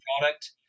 product